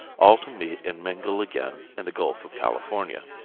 all to meet and mingle again in the gulf of california.